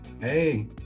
Hey